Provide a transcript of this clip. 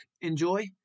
enjoy